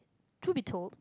truth be told